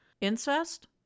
Incest